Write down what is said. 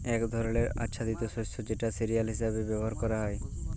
এক ধরলের আচ্ছাদিত শস্য যেটা সিরিয়াল হিসেবে ব্যবহার ক্যরা হ্যয়